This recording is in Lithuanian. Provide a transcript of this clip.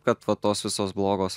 kad vat tos visos blogos